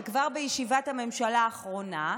וכבר בישיבת הממשלה האחרונה,